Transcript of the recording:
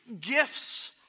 gifts